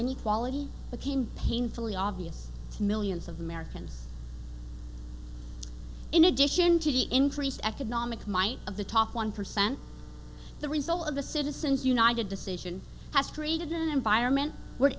inequality became painfully obvious to millions of americans in addition to the increased economic might of the top one percent the result of the citizens united decision has treated an environment where